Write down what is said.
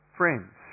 friends